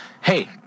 Hey